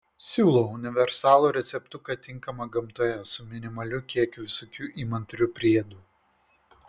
siūlau universalų receptuką tinkamą gamtoje su minimaliu kiekiu visokių įmantrių priedų